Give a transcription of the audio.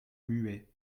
muet